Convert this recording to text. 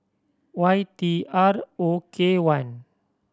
Y T R O K one